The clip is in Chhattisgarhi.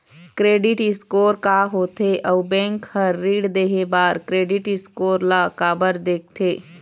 क्रेडिट स्कोर का होथे अउ बैंक हर ऋण देहे बार क्रेडिट स्कोर ला काबर देखते?